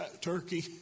Turkey